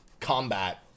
combat